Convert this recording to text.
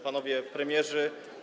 Panowie Premierzy!